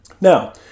Now